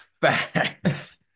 facts